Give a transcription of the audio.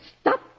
Stop